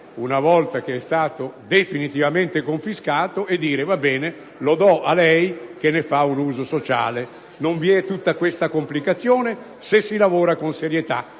una volta che è stato definitivamente confiscato, e darlo a chi ne fa un uso sociale. Non vi è tutta questa complicazione, se si lavora con serietà;